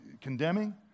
condemning